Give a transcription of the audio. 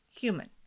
human